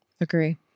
Agree